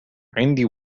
عندي